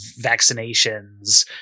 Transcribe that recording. vaccinations